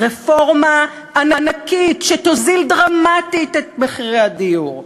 רפורמה ענקית שתוזיל דרמטית את מחירי הדיור.